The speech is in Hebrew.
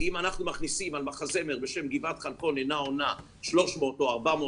אם אנחנו מכניסים על מחזמר בשם "גבעת חלפון אינה עונה" 300 או 400,